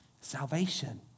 salvation